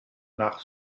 nach